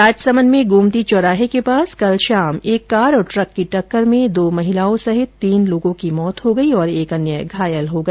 राजसमंद में गोमती चौराहे के पास कल शाम एक कार और ट्रक की टक्कर में दो महिलाओ सहित तीन लोगों की मौत हो गई और एक अन्य घायल हो गया